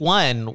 one